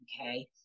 Okay